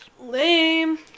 Lame